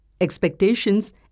expectations